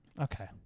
okay